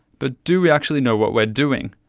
but do we actually know what we're doing?